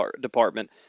department